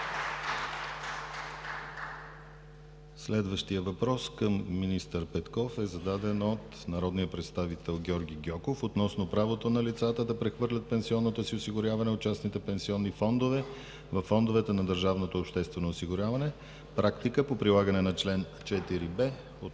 Следващият въпрос към министър Петков е зададен от народния представител Георги Гьоков относно правото на лицата да прехвърлят пенсионното си осигуряване от частните пенсионни фондове във фондовете на Държавното обществено осигуряване – практика по прилагане на чл. 4б от